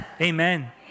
Amen